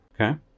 Okay